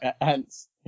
Hence